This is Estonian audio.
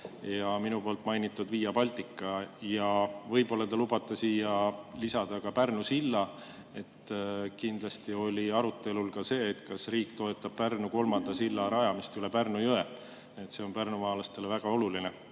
ja minu mainitud Via Balticasse. Ja võib-olla te lubate siia lisada ka Pärnu silla. Kindlasti oli arutelul ka see, kas riik toetab Pärnu kolmanda silla rajamist üle Pärnu jõe. See oleks pärnumaalastele väga oluline.